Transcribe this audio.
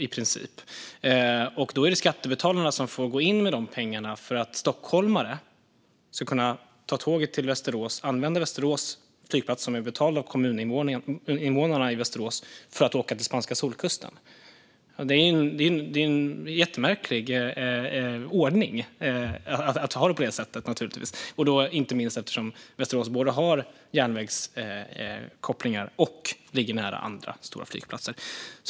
Där får skattebetalarna gå in med pengar för att stockholmare ska kunna ta tåget till Västerås och använda Västerås flygplats, som är betald av kommuninvånarna i Västerås, för att åka till spanska solkusten. Det här är naturligtvis en jättemärklig ordning, inte minst för att Västerås både har järnvägsförbindelser och ligger nära andra stora flygplatser.